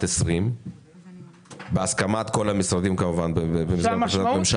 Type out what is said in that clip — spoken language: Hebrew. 2020 בהסכמת כל המשרדים כמובן והממשלה